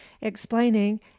explaining